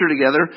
together